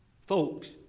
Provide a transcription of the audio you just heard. folks